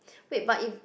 wait but if